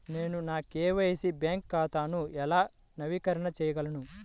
నేను నా KYC bank ఖాతాను ఎలా నవీకరణ చేయగలను?